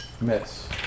Miss